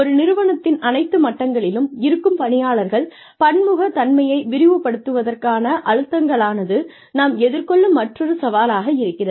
ஒரு நிறுவனத்தின் அனைத்து மட்டங்களிலும் இருக்கும் பணியாளர்கள் பன்முகத்தன்மையை விரிவுபடுத்துவதற்கான அழுத்தங்களானது நாம் எதிர்கொள்ளும் மற்றொரு சவாலாக இருக்கிறது